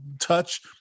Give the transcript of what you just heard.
touch